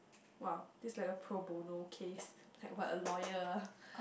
!wah! this like a pro bono case like what a lawyer ah